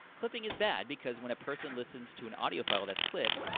clipping is bad because when a person listens to an audio file that's clipped,